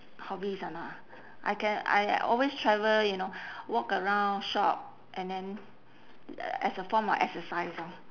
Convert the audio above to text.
hobbies or not ah I can I always travel you know walk around shop and then as a form of exercise orh